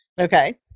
Okay